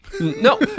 No